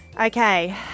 Okay